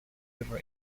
river